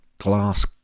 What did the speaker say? glass